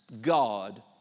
God